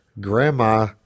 grandma